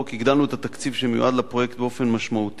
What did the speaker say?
הגדלנו את התקציב שמיועד לפרויקט באופן משמעותי.